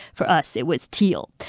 for us, it was teal.